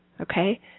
Okay